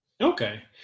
Okay